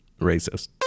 racist